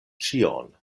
ĉion